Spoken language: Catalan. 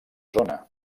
zona